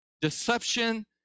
deception